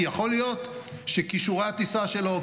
כי יכול להיות שכישורי הטיסה שלו,